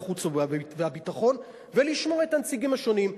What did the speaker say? החוץ והביטחון ולשמוע את הנציגים השונים.